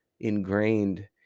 ingrained